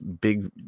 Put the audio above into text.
big